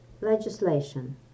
Legislation